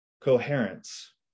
coherence